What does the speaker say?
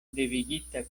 devigita